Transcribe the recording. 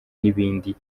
n’ibindi